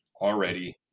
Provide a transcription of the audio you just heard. already